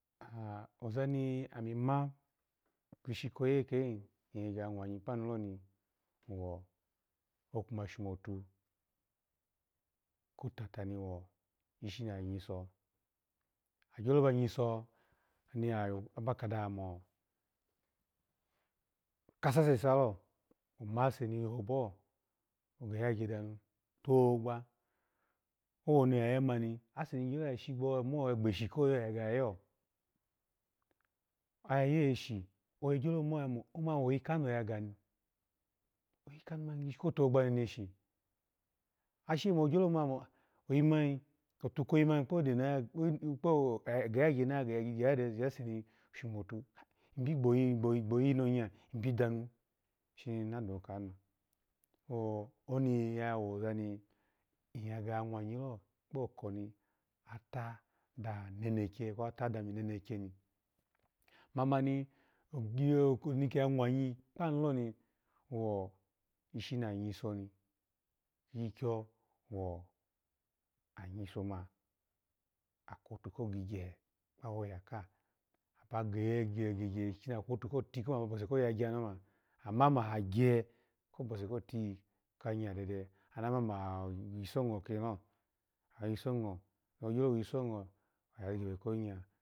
Ozani ami ma ishi koyi lekehi, nige ge ya gulumanyi kpanu loni, wo okwuma sho motu kotata ni wo ishi ni anyiso, agyo ba yiso aba kado ha mo kasose esalo, omase ni yohonboho geyagye danu, to gbogba ase ni gbieche koyoyo oya yo, oya yo eshi oya omani woyi kanoho ya ga, ogishin ko togbogha meneshi, ashe gyo mo oya motu koyi moni kponi oyageyagye dase ni shomotu ibigbo yi gboyi monya shibi danu shini nadokanu, oni ya woza ni ya mwanyi loni kpo ko nenekye na ta dahani, mamani niki ya malanyi kpanu lon wo ishi na nyiso aha kulotu ko gigya a kpa woya aka ha aba ka ha gye gye gye ko tiyi kanya, ama mo ha gye ko bose ko tiyi kanya dede kede anamo aha wis an go kito, ogyo wisongo iya gebe konya